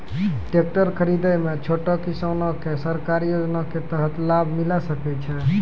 Tractor खरीदै मे छोटो किसान के सरकारी योजना के तहत लाभ मिलै सकै छै?